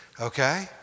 Okay